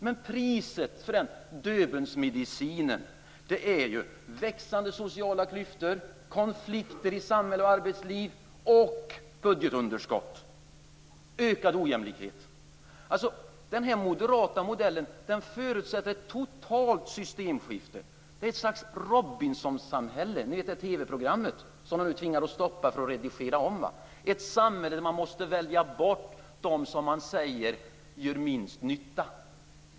Men priset för den Döbelnsmedicinen är växande sociala klyftor, konflikter i samhälle och arbetsliv, budgetunderskott och ökad ojämlikhet. Den moderata modellen förutsätter ett totalt systemskifte - ett slags Robinsonsamhälle som i det TV program man nu tvingas att stoppa och redigera om. Det är ett samhälle där man måste välja bort dem som man säger gör minst nytta.